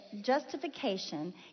justification